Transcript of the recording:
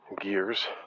gears